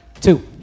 Two